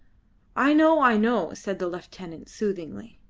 i know, i know, said the lieutenant soothingly.